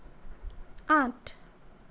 আঠ